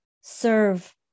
serve